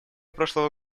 прошлого